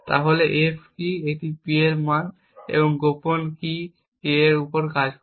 তাহলে F কী এটি P এর মান এবং গোপন কী K এর উপর কাজ করে